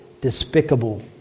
despicable